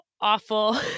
awful